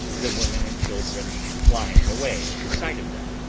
the women and children flying away at the sight of them,